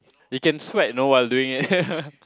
you can sweat you know while doing it